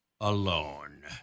Alone